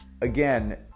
Again